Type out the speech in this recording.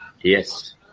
Yes